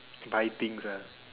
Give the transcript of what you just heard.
buy things